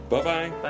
Bye-bye